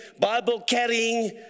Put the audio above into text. Bible-carrying